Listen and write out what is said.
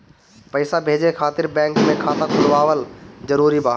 पईसा भेजे खातिर बैंक मे खाता खुलवाअल जरूरी बा?